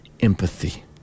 empathy